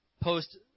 post